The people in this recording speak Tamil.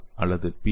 ஜி அல்லது பி